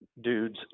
dudes